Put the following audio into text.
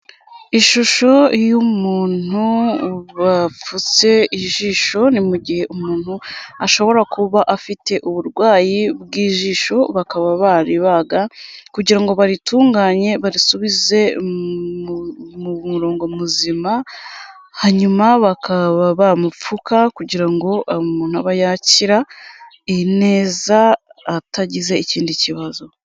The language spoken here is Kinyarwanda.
Ishusho y'umuntu bapfutse ijisho. Ni mu gihe umuntu ashobora kuba afite uburwayi bw'ijisho bakaba baribaga kugira ngo baritunganye barisubize mu murongo muzima, hanyuma bakaba bamupfuka kugira ngo umuntu abe yakira neza atagize ikindi kibazo.